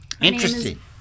Interesting